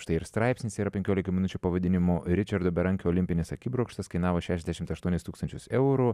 štai ir straipsnis yra penkiolikoj minučių pavadinimu ričardo berankio olimpinis akibrokštas kainavo šešiasdešimt aštuonis tūkstančius eurų